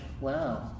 wow